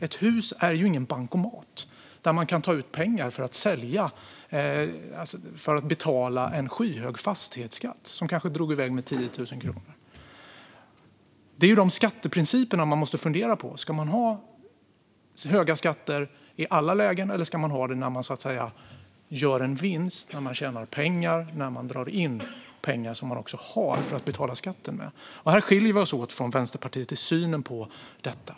Ett hus är ingen bankomat där man kan ta ut pengar för att betala en skyhög fastighetsskatt, som kanske drog i väg med 10 000 kronor. Det är dessa skatteprinciper man måste fundera på: Ska det vara höga skatter i alla lägen, eller ska det vara det när man gör en vinst, tjänar pengar eller drar in pengar - som man också har för att betala skatten med? Vi skiljer oss från Vänsterpartiet i synen på detta.